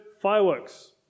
fireworks